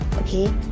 okay